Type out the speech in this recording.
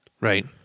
Right